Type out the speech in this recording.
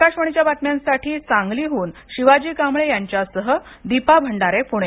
आकाशवाणीच्या बातम्यांसाठी सांगलीहून शिवाजी कांबळे यांच्यासह दीपा भंडारे पूणे